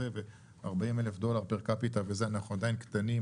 אנחנו עדיין קטנים,